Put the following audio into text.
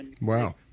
Wow